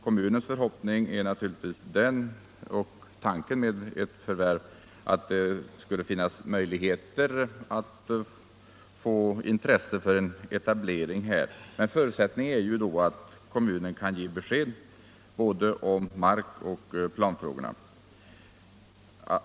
Kommunens tanke med ett förvärv av marken är att det skall vara möjligt att få någon industri intresserad av att förlägga verksamhet hit. En förutsättning är då att kommunen kan ge besked om både markoch planfrågorna.